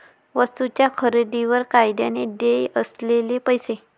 वस्तूंच्या खरेदीवर कायद्याने देय असलेले पैसे